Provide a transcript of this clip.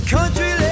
Country